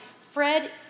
Fred